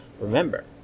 remember